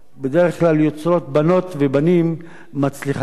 בדרך כלל יוצרות בנות ובנים מצליחנים.